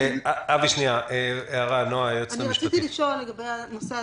רציתי לשאול לגבי הנושא הזה.